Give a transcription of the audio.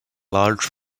large